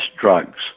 drugs